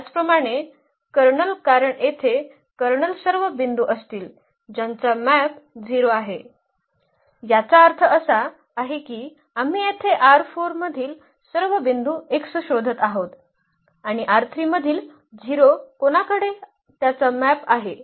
त्याचप्रमाणे कर्नल कारण येथे कर्नल सर्व बिंदू असतील ज्यांचा मॅप 0 आहे याचा अर्थ असा आहे की आम्ही येथे मधील सर्व बिंदू x शोधत आहोत आणि मधील 0 कोणाकडे त्याचा मॅप आहे